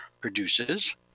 produces